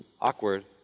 awkward